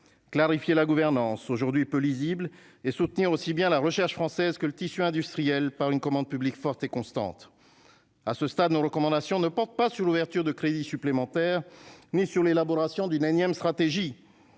clarifier la gouvernance aujourd'hui peu lisible et soutenir aussi bien la recherche française que le tissu industriel par une commande publique forte et constante, à ce stade nous recommandations ne porte pas sur l'ouverture de crédits supplémentaires, ni sur l'élaboration d'une énième stratégie